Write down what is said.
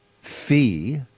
fee